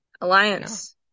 Alliance